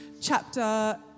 chapter